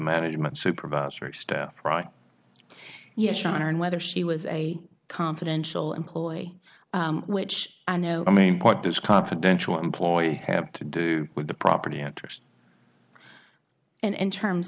management supervisory staff right yes your honor and whether she was a confidential employee which i know i mean what this confidential employee have to do with the property interest and in terms